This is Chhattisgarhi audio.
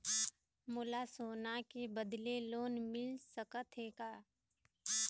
मोला सोना के बदले लोन मिल सकथे का?